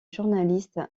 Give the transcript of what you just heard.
journaliste